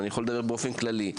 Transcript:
אני יכול לדבר באופן כללי,